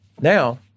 Now